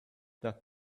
that